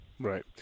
Right